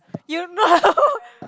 you have no